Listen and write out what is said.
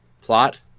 Plot